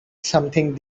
something